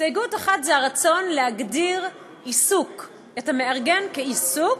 הסתייגות אחת זה הרצון להגדיר "עיסוק" את המארגן כ"עיסוק",